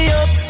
up